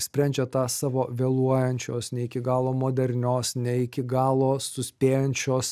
sprendžia tą savo vėluojančios ne iki galo modernios ne iki galo suspėjančios